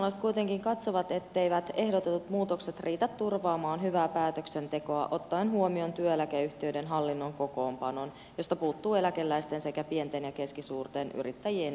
perussuomalaiset kuitenkin katsovat etteivät ehdotetut muutokset riitä turvaamaan hyvää päätöksentekoa ottaen huomioon työeläkeyhtiöiden hallinnon kokoonpanon josta puuttuu eläkeläisten sekä pienten ja keskisuurten yrittäjien edustus